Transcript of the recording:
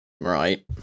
Right